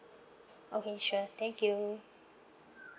okay sure thank you